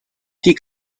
die